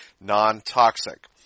non-toxic